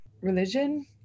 religion